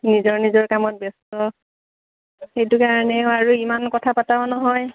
নিজৰ নিজৰ কামত ব্যস্ত সেইটো কাৰণেও আৰু ইমান কথা পাতাও নহয়